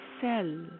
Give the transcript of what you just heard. cell